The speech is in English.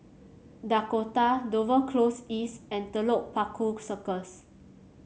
Dakota Dover Close East and Telok Paku Circus